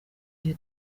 iryo